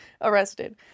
arrested